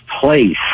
place